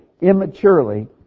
immaturely